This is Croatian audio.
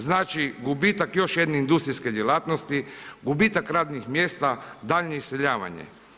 Znači gubitak još jedne industrijske djelatnosti, gubitak radnih mjesta, daljnje iseljavanje.